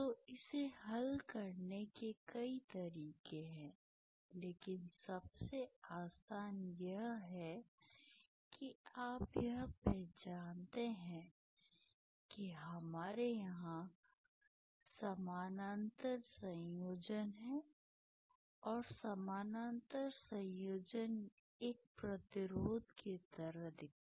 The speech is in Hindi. तो इसे हल करने के कई तरीके हैं लेकिन सबसे आसान यह है कि आप यह पहचानते हैं कि हमारे यहां समानांतर संयोजन है और समानांतर संयोजन एक प्रतिरोध की तरह दिखता है